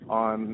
on